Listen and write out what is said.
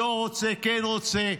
לא רוצה, כן רוצה.